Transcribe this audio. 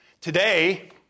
Today